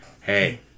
hey